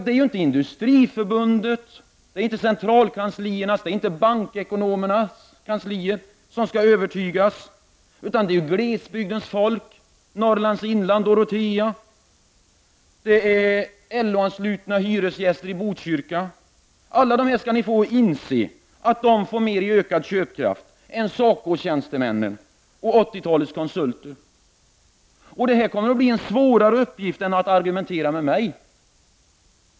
Det är inte Industriförbundets, centralkansliernas eller bankernas ekonomer som skall övertygas, utan glesbygdens folk i Norrlands inland — t.ex. i Dorotea — och LO-anslutna hyresgäster i Botkyrka som skall fås att inse att de får mer i ökad köpkraft än vad SACO-tjänstemännen och 80-talets konsulter får. Det blir en svårare uppgift än att argumentera med mig.